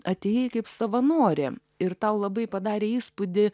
atėjai kaip savanorė ir tau labai padarė įspūdį